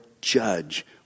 judge